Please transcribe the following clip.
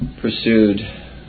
pursued